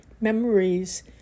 memories